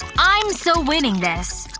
i'm so winning this!